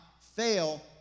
fail